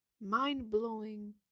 mind-blowing